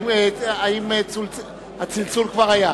האם הצלצול כבר היה?